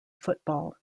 football